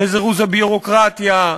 לזירוז הביורוקרטיה,